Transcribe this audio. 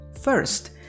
First